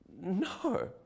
No